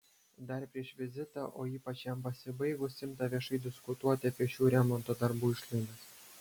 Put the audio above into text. dar prieš vizitą o ypač jam pasibaigus imta viešai diskutuoti apie šių remonto darbų išlaidas